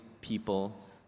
people